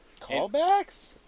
callbacks